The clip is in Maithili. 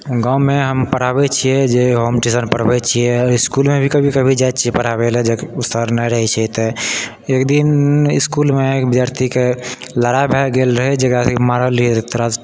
हम गाँवमे हम पढ़ाबए छिऐ जे होम ट्यूशन पढ़बए छिऐ इसकुलमे भी कभी कभी जाइत छिऐ पढ़ाबए लए जखन कि सर नहि रहैत छै तऽ एक दिन इसकुलमे एक विद्यार्थीके लड़ाइ भए गेल रहए जेकरा सबके मारल रहिऐ थोड़ा सा